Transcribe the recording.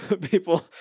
people